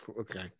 okay